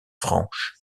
franches